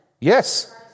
Yes